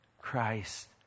Christ